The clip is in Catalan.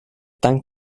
tanc